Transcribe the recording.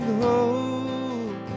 hope